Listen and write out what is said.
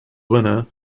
winner